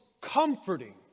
comforting